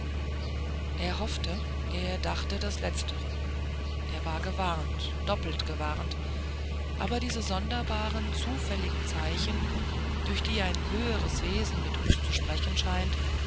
er hoffte er dachte das letztre er war gewarnt doppelt gewarnt aber diese sonderbaren zufälligen zeichen durch die ein höheres wesen mit uns zu sprechen scheint